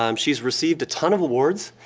um she's received a ton of awards,